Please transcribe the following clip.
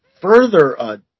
further